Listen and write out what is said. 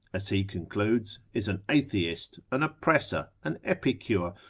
as he concludes, is an atheist, an oppressor, an epicure,